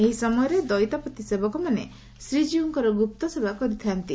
ଏହି ସମୟରେ ଦଇତାପତି ସେବକମାନେ ଶ୍ରୀଜୀଉଙ୍କର ଗୁପ୍ତସେବା କରିଥାନ୍ତି